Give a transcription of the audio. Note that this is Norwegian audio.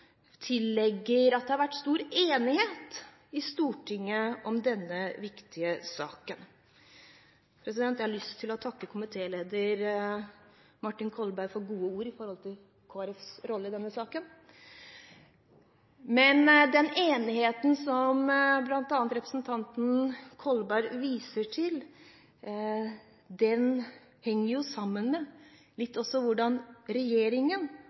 at det har vært stor enighet i Stortinget om denne viktige saken. Jeg har lyst til å takke komitéleder Martin Kolberg for gode ord om Kristelig Folkepartis rolle i denne saken. Men den enigheten som bl.a. representanten Kolberg viser til, henger også litt sammen med hvordan regjeringen